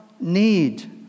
need